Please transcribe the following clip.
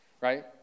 Right